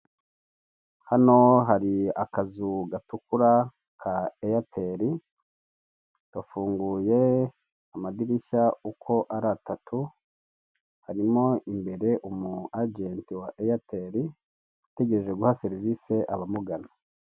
Hano hari akazu gatukura ka eyateri gafunguye amadirishya uko ari atatu harimo imbere umu ajenti wa eyateri utegereje guha serivise abamugana.